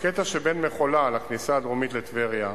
בקטע שבין מחולה לכניסה הדרומית לטבריה,